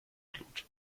blut